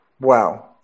Wow